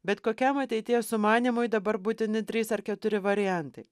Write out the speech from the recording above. bet kokiam ateities sumanymui dabar būtini trys ar keturi variantai